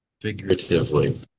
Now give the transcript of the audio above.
figuratively